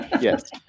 yes